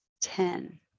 ten